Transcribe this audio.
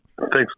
Thanks